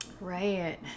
Right